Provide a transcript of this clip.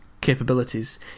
capabilities